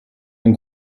ein